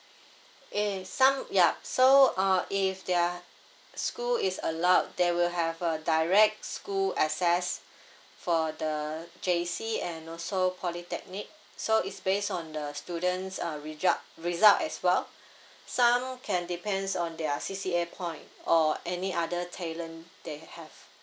eh some yup so uh if their school is allowed they will have a direct school access for the J_C and also polytechnic so it's based on the student's uh result as well some can depends on their C_C_A point or any other talent